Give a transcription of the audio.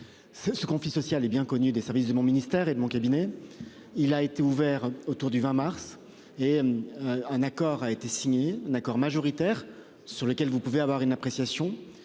ce conflit social est bien connu des services de mon ministère et mon cabinet. Il a été ouvert autour du 20 mars et. Un accord a été signé d'accord majoritaire sur lequel vous pouvez avoir une appréciation